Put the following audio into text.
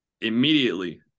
immediately